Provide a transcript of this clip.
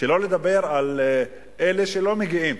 שלא לדבר על אלה שלא מגיעים.